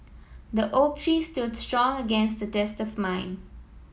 the oak tree stood strong against the test of mime